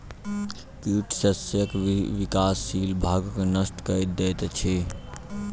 कीट शस्यक विकासशील भागक नष्ट कय दैत अछि